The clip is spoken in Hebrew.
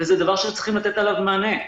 וזה דבר שצריכים לתת עליו מענה.